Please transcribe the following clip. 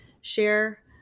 share